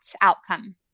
outcome